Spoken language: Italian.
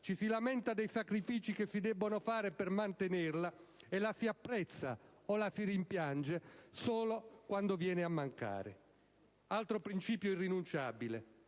ci si lamenta dei sacrifici che si debbono fare per mantenerla, e la si apprezza o la si rimpiange solo quando viene a mancare. Altro principio irrinunciabile